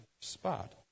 spot